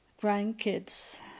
grandkids